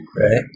right